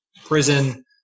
prison